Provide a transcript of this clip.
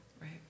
Right